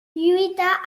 lluita